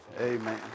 Amen